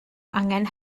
angen